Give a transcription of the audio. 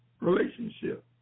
relationship